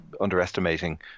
underestimating